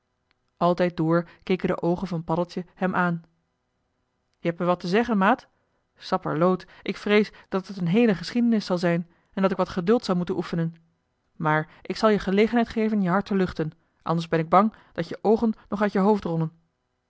altijd door keken de oogen van paddeltje hem aan je hebt me wat te zeggen maat sapperloot ik vrees dat t een heele geschiedenis zal zijn en dat ik wat geduld zal moeten oefenen maar ik zal je gelegenheid geven je hart te luchten anders ben ik bang dat je oogen nog uit je hoofd rollen